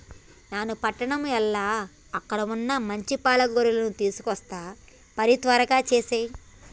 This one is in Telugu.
నాను పట్టణం ఎల్ల అక్కడ వున్న మంచి పాల గొర్రెలను తీసుకొస్తా పని త్వరగా సేసేయి